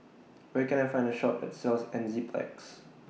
Where Can I Find A Shop that sells Enzyplex